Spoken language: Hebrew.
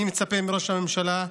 אני מצפה מראש הממשלה,